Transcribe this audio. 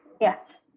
Yes